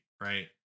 right